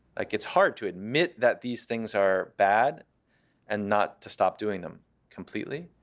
like it's hard to admit that these things are bad and not to stop doing them completely.